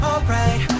Alright